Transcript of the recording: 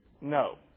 No